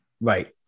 Right